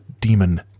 demon